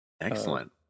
Excellent